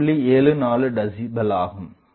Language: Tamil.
74 டெசிபல் ஆகும்